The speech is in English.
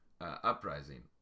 Uprising